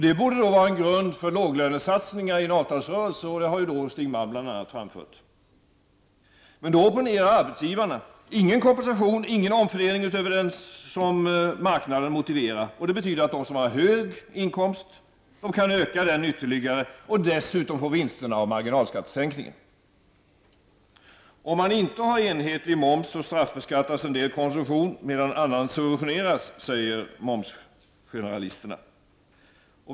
Det borde vara en grund för låglönesatsningar i en avtalsrörelse, vilket bl.a. Stig Malm har framfört. Men då opponerar sig arbetsgivarna: ingen kompensation, ingen omförhandling utöver vad marknaden motiverar. Det betyder att den som har hög inkomst kan öka denna ytterligare. Dessutom blir det vinster genom marginalskattesänkning. Om man inte har enhetlig moms straffbeskattas en del konsumtion medan annan subventioneras, säger momsgeneralisterna.